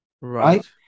right